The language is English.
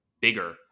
bigger